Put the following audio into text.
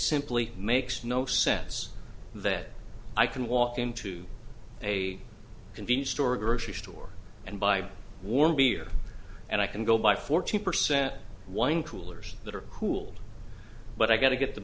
simply makes no sense that i can walk into a convenience store grocery store and buy warm beer and i can go by forty percent wine coolers that are cool but i got to get the